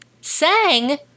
Sang